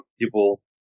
people